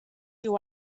you